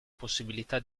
possibilità